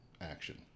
action